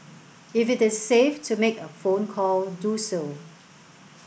if it is safe to make a phone call do so